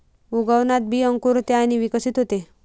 उगवणात बी अंकुरते आणि विकसित होते